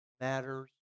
matters